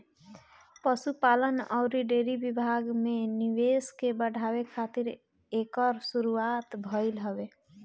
पशुपालन अउरी डेयरी विभाग में निवेश के बढ़ावे खातिर एकर शुरुआत भइल हवे